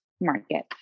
market